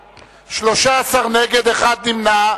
נגד, 13, אחד נמנע.